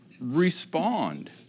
respond